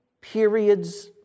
periods